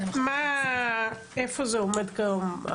איפה זה עומד כיום?